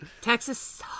Texas